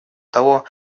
того